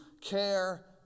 care